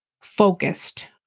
focused